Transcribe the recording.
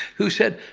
who said,